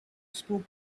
spoke